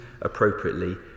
appropriately